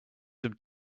some